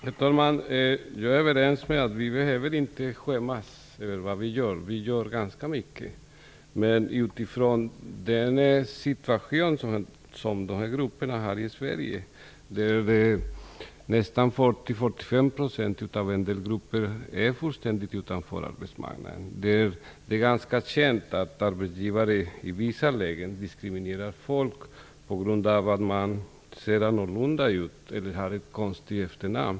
Herr talman! Vi är överens om att vi inte behöver skämmas över det vi gör. Vi gör ganska mycket. Men 40-45 % av vissa grupper står fullständigt utanför arbetsmarknaden. Det är ganska känt att arbetsgivare i vissa lägen diskriminerar människor på grund av att dessa ser annorlunda ut eller har ett konstigt efternamn.